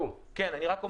וזה גורם לנו לדמוע.